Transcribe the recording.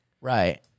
Right